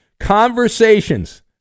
conversations